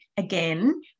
Again